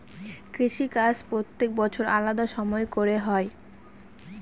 কৃষিকাজ প্রত্যেক বছর আলাদা সময় করে হয়